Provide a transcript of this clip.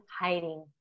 hiding